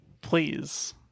please